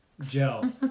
gel